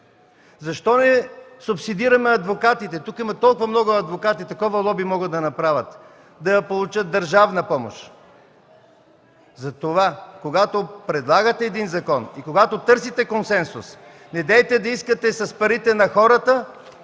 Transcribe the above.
Защо не субсидираме адвокатите – тук има толкова много адвокати, такова лоби могат да направят – да получат държавна помощ! Когато предлагате един закон и търсите консенсус, недейте да искате с парите на хората